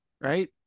right